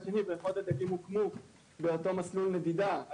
מצד שני, בריכות הדגים הוקמו באותו מסלול נדידה.